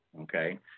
Okay